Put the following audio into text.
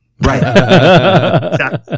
Right